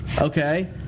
Okay